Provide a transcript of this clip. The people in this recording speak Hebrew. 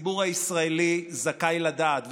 הציבור הישראלי זכאי לדעת.